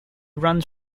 runs